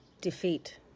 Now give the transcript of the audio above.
defeat